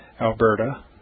Alberta